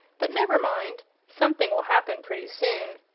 but never mind something will happen pretty soon.